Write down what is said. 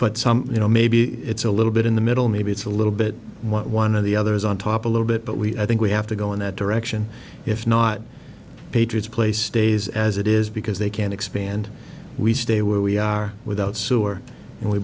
but some you know maybe it's a little bit in the middle maybe it's a little bit one of the others on top a little bit but we i think we have to go in that direction if not patriots place stays as it is because they can expand we stay where we are without sewer and we